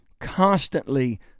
constantly